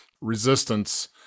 resistance